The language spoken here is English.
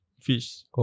fish